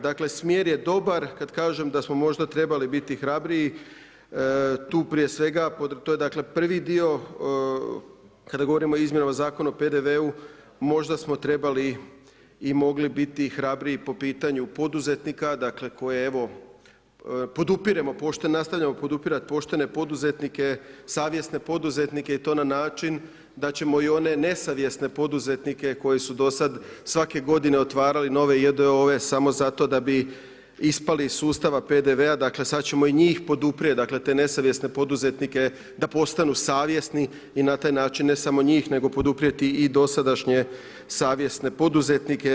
Dakle, smjer je dobar kad kažem da smo možda trebali biti hrabriji, tu prije svega, to je dakle prvi dio, kada govorimo o izmjenama zakona o PDV-u možda smo trebali i mogli biti hrabriji po pitanju poduzetnika koje evo, podupiremo, nastavljamo podupirat poštene poduzetnike, savjesne poduzetnike i to na način da ćemo i one nesavjesne poduzetnike koji su do sad svake godine otvarali nove J.D.O.O.-ve samo zato da bi ispali iz sustava PDV-a, dakle sad ćemo i njih poduprijet, dakle te nesavjesne poduzetnike da postanu savjesni i na taj način, ne samo njih, nego poduprijeti i dosadašnje savjesne poduzetnike.